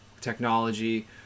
technology